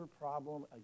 problem